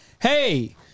hey